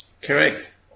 Correct